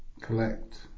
collect